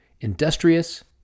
Industrious